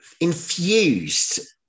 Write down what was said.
infused